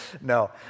no